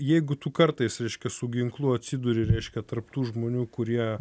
jeigu tu kartais reiškia su ginklu atsiduri reiškia tarp tų žmonių kurie